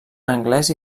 anglès